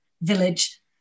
village